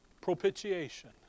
propitiation